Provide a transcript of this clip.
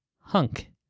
Hunk